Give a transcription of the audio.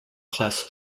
class